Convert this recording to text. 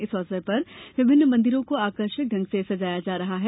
इस अवसर पर विभिन्न मंदिरों को आकर्षक ढंग से सजाया जा रहा है